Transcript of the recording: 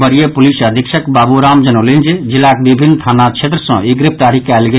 वरीय पुलिस अधीक्षक बाबूराम जनौलनि जे जिलाक विभिन्न थाना क्षेत्र सँ ई गिरफ्तारी कयल गेल